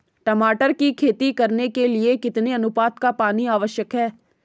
टमाटर की खेती करने के लिए कितने अनुपात का पानी आवश्यक है?